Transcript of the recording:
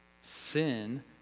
Sin